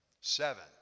seven